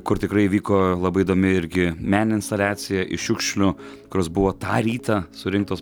kur tikrai įvyko labai įdomi irgi meninė instaliacija iš šiukšlių kurios buvo tą rytą surinktos